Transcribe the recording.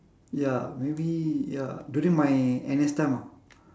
ya maybe ya during my N_S time ah